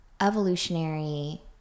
evolutionary